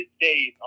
days